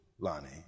Lonnie